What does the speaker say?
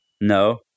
No